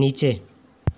नीचे